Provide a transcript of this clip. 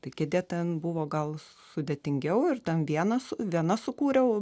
tai kėdė ten buvo gal su sudėtingiau ir ten vienas viena sukūriau